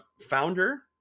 founder